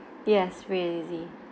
yes free and easy